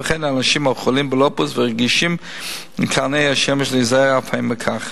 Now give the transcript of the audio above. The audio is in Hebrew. וכן לאנשים החולים בלופוס והרגישים לקרני השמש להיזהר אף הם מכך.